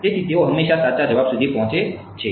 તેથી તેઓ હંમેશા સાચા જવાબ સુધી પહોંચે છે